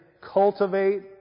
cultivate